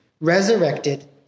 resurrected